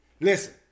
listen